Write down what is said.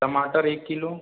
टमाटर एक किलो